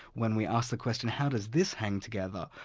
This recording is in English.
when we ask the question, how does this hang together?